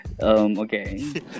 Okay